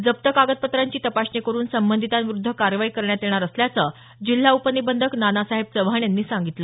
जप्त कागदपत्रांची तपासणी करून संबंधितांविरुध्द कारवाई करण्यात येणार असल्याचं जिल्हा उपनिबंधक नानासाहेब चव्हाण यांनी सांगितलं